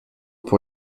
pour